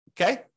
okay